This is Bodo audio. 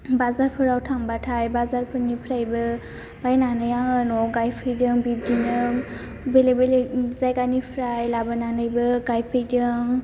बाजारफोराव थांबाथाय बाजारफोरनिफ्रायबो बायनानै आङो न'आव गायफैदों बिदिनो बेलेग बेलेग जायगानिफ्राय लाबोनानैबो गायफैदों